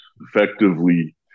effectively